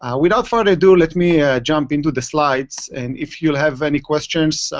and without further ado, let me yeah jump into the slides. and if you'll have any questions,